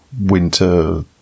Winter